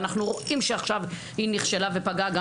ואנחנו רואים שעכשיו היא נכשלה ופגעה גם